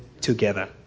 together